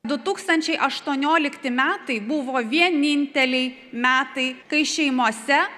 du tūkstančiai aštuoniolikti metai buvo vieninteliai metai kai šeimose